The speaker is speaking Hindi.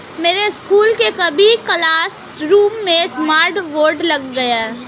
मेरे स्कूल के सभी क्लासरूम में स्मार्ट बोर्ड लग गए हैं